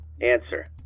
Answer